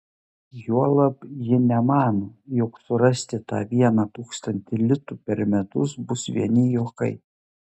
juolab ji nemano jog surasti tą vieną tūkstantį litų per metus bus vieni juokai